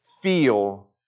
feel